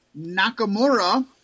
Nakamura